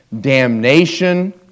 damnation